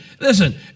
listen